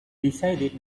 decided